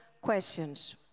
questions